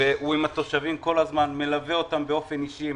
הוא עם התושבים כל הזמן מלווה אותם באופן אישי,